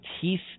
teeth